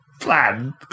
plan